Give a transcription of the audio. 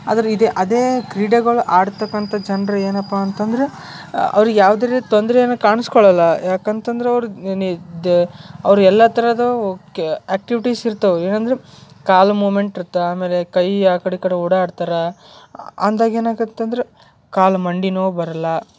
ಆದರೆ ಇದೆ ಅದೇ ಕ್ರೀಡೆಗಳು ಆಡ್ತಕ್ಕಂಥ ಜನರು ಏನಪ್ಪ ಅಂತಂದರೆ ಅವ್ರಿಗೆ ಯಾವುದೇ ರೀತಿ ತೊಂದರೆ ಏನು ಕಾಣ್ಸ್ಕೊಳ್ಳಲ್ಲ ಯಾಕಂತಂದರೆ ಅವ್ರದ್ದು ಅವ್ರು ಎಲ್ಲ ಥರದವಕ್ಕೆ ಆ್ಯಕ್ಟಿವಿಟೀಸ್ ಇರ್ತವು ಏನಂದರೆ ಕಾಲು ಮೂಮೆಂಟ್ ಇರ್ತೆ ಆಮೇಲೆ ಕೈ ಆ ಕಡೆ ಈ ಕಡೆ ಓಡಾಡ್ತಾರೆ ಅಂದಾಗ ಏನಾಕತ್ತಂದ್ರೆ ಕಾಲು ಮಂಡಿನೋವು ಬರಲ್ಲ